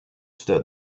that